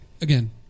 again